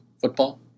football